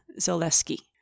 Zaleski